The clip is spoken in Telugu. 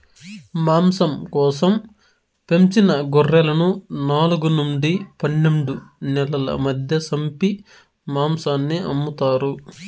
మాంసం కోసం పెంచిన గొర్రెలను నాలుగు నుండి పన్నెండు నెలల మధ్య సంపి మాంసాన్ని అమ్ముతారు